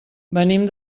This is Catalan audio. venim